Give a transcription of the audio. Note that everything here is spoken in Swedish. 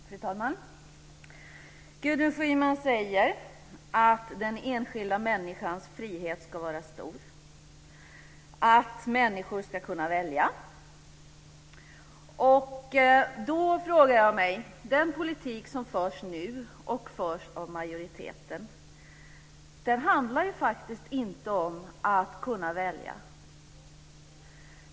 Fru talman! Gudrun Schyman säger att den enskilda människans frihet ska vara stor, att människor ska kunna välja. Men den politik som förs av majoriteten nu handlar faktiskt inte om att kunna välja.